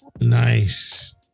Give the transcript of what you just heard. Nice